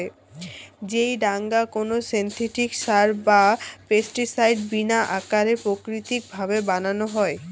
যেই ডাঙা কোনো সিনথেটিক সার বা পেস্টিসাইড বিনা আকেবারে প্রাকৃতিক ভাবে বানানো হই